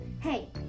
hey